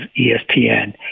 ESPN